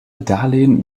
darlehen